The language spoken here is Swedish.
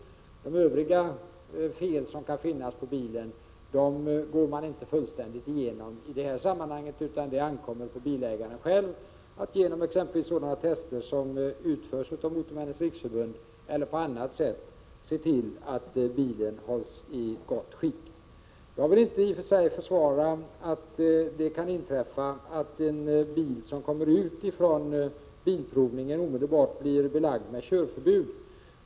De övriga fel som kan finnas på bilen går man inte igenom fullständigt i detta sammanhang, utan det ankommer på bilägaren själv att genom exempelvis sådana tester som utförs av Motormännens riksförbund eller på annat sätt se till att bilen hålls i gott skick. Jag vill i och för sig inte försvara att det kan inträffa att en bil som kommer ut från bilprovningen omedelbart blir belagd med körförbud.